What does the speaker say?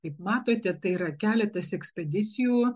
kaip matote tai yra keletas ekspedicijų